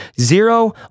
Zero